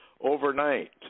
overnight